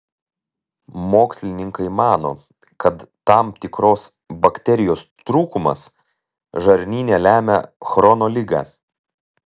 mokslininkai mano kad tam tikros bakterijos trūkumas žarnyne lemia chrono ligą